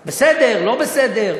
בסדר, לא בסדר.